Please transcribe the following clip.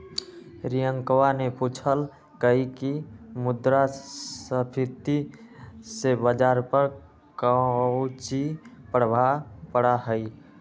रियंकवा ने पूछल कई की मुद्रास्फीति से बाजार पर काउची प्रभाव पड़ा हई?